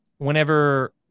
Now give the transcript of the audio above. Whenever